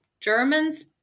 Germans